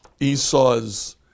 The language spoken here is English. Esau's